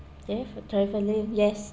during for travelling yes